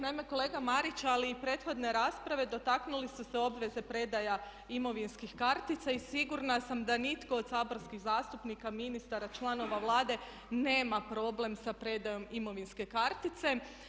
Naime, kolega Marić ali i prethodne rasprave dotaknuli su se obveze predaja imovinskih kartica i sigurna sam da nitko od saborskih zastupnika, ministara, članova Vlade nema problem sa predajom imovinske kartice.